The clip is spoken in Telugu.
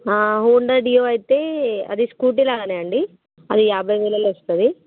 హోండా దియో అయితే అది స్కూటీ లాగానే అండి అది యాభై వేలల్లో వస్తుంది